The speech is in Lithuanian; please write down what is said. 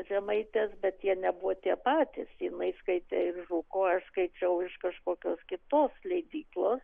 žemaitės bet jie nebuvo tie patys jinai skaitė iš žuko aš skaičiau iš kažkokios kitos leidyklos